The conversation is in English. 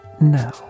now